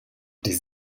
des